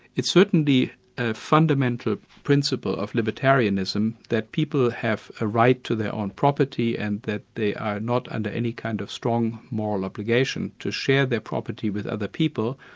it's certainly a fundamental principle of libertarianism that people have a right to their own property, and that they are not and any kind of strong moral obligation to share their property with other people,